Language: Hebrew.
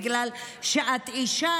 בגלל שאת אישה,